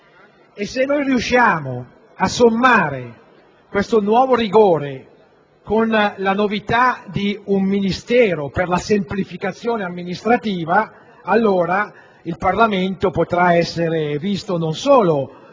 se riusciamo a sommare questo nuovo rigore con la novità di un Ministero per la semplificazione legislativa, allora il Parlamento potrà essere visto non solo